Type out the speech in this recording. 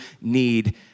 need